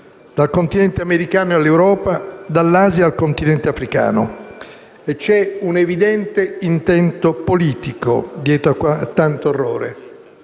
dal continente americano all'Europa, dall'Asia al continente africano. C'è un evidente intento politico dietro a tanto orrore.